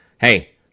hey